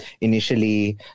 Initially